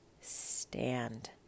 stand